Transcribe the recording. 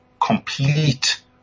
complete